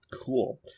Cool